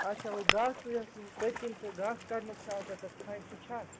اَچھا ہُہ گاسہٕ یۅس پٔتۍ کِنۍ سُہ گاسہٕ کَڈنُک چھُ آسان تَتھ کھانہ سُہ چھا